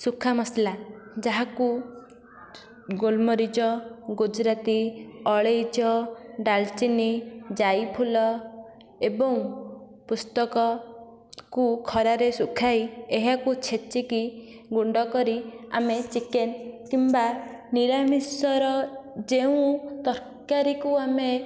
ଶୁଖା ମସଲା ଯାହାକୁ ଗୋଲମରିଚ ଗୁଜୁରାତି ଅଳେଇଚ ଡାଲଚିନି ଯାଇଫୁଲ ଏବଂ ପୋସ୍ତକକୁ ଖରାରେ ଶୁଖାଇ ଏହାକୁ ଛେଚିକି ଗୁଣ୍ଡ କରି ଆମେ ଚିକେନ କିମ୍ବା ନିରାମିଷର ଯେଉଁ ତରକାରୀକୁ ଆମେ